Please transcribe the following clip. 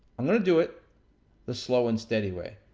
i'm gonna do it the slow and steady way.